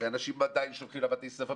ואנשים עדיין שולחים לבתי הספר.